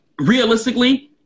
realistically